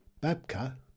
Babka